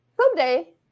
Someday